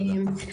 תודה.